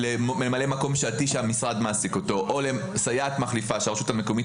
לממלאת מקום שעתית שהמשרד מעסיק אותה או לסייעת מחליפה שהרשות המקומית